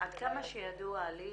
עד כמה שידוע לי,